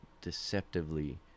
deceptively